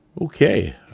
Okay